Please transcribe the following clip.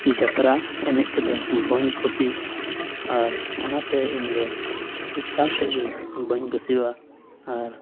ᱡᱟᱛᱛᱨᱟ ᱮᱱᱮᱡ ᱠᱚᱫᱚ ᱵᱟᱹᱧ ᱠᱩᱥᱤᱣᱟᱜᱼᱟ ᱟᱨ ᱚᱱᱟᱛᱮ ᱤᱧ ᱫᱚ ᱮᱠᱟᱞ ᱛᱮᱜᱮ ᱵᱟᱹᱧ ᱠᱤᱥᱤᱣᱟᱜᱼᱟ ᱟᱨ